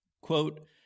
Quote